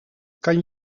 kan